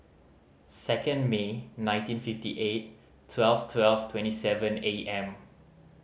second May nineteen fifty eight twelve twelve twenty seven A M